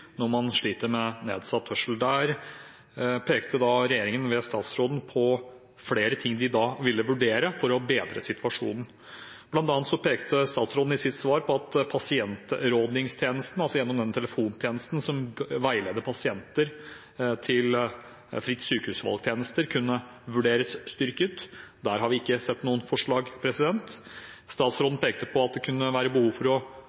når de sliter med nedsatt hørsel. Da pekte regjeringen ved statsråden på flere ting de ville vurdere for å bedre situasjonen. Blant annet pekte statsråden i sitt svar på at pasientrådgivningstjenesten, altså den telefontjenesten som veileder pasienter om fritt sykehusvalg-tjenester, kunne vurderes styrket. Der har vi ikke sett noen forslag. Statsråden pekte på at det kunne være behov for